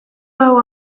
hau